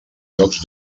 llocs